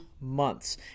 Months